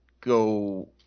go